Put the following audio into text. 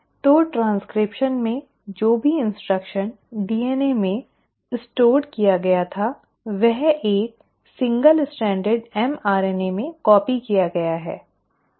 तो ट्रांसक्रिप्शन में जो भी निर्देश DNA में संग्रहीत किया गया था वह एक single stranded mRNA में कॉपी किया गया है